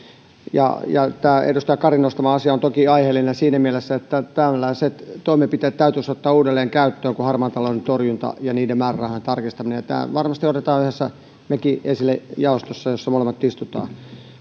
tämä edustaja karin nostama asia on toki aiheellinen siinä mielessä että tällaiset toimenpiteet täytyisi ottaa uudelleen käyttöön kuin harmaan talouden torjunta ja niiden määrärahojen tarkistaminen tämän varmasti otamme yhdessä mekin esille jaostossa jossa molemmat istumme